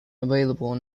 available